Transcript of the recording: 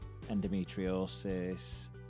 endometriosis